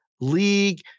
league